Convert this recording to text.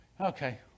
Okay